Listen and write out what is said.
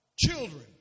Children